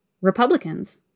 Republicans